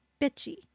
bitchy